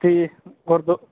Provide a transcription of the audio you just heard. ਅਤੇ ਗੁਰਦੁਆਰਾ